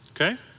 okay